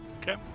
Okay